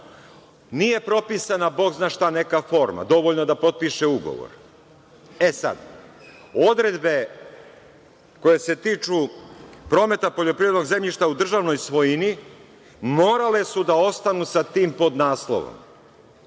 nije propisana bog zna šta, neka forma, dovoljno je da potpiše ugovor. Odredbe koje se tiču prometa poljoprivrednog zemljišta u državnoj svojini, morale su da ostanu sa tim podnaslovom.